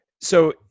So-